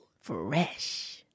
Fresh